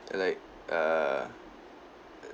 like err uh